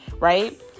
Right